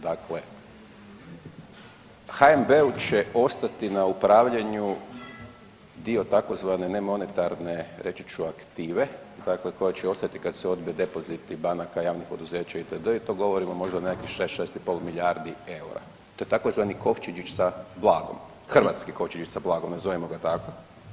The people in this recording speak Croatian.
Dakle, HNB-u će ostati na upravljanju dio tzv. ne monetarne reći ću aktive, dakle koja će ostati kad se odbije depoziti banaka javnih poduzeća itd. i to govorimo možda o nekakvih 6-6,5 milijardi eura, to je tzv. kovčežić sa blagom, hrvatski kovčežić sa blagom, nazovimo ga tako.